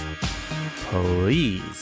please